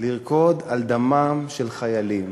לרקוד על דמם של חיילים